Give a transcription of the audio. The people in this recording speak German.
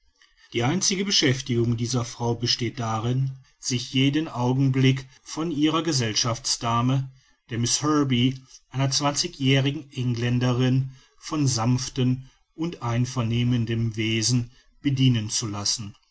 die einzige beschäftigung dieser frau besteht darin sich jeden augenblick von ihrer gesellschaftsdame der miß herbey einer zwanzigjährigen engländerin von sanftem und einnehmendem wesen bedienen zu lassen